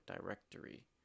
directory